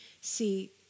See